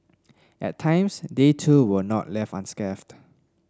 at times they too were not left unscathed